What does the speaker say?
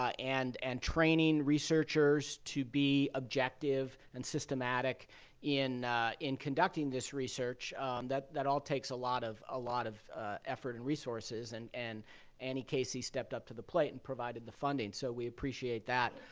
ah and and training researchers to be objective and systematic in in conducting this research. that that all takes a lot of ah lot of effort and resources. and and annie e. casey stepped up to the plate and provided the funding. so we appreciate that.